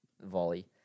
volley